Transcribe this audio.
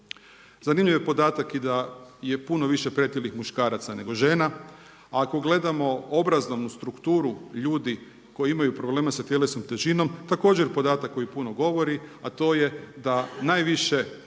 Zanimljiv je podatak i da je puno više pretilih muškaraca nego žena ako gledamo strukturu ljudi koji imaju problema sa tjelesnom težinom također podatak koji puno govori, a to je da najviše